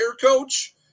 coach